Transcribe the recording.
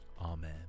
Amen